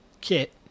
Kit